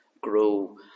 grow